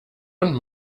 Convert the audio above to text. und